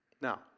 Now